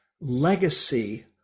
legacy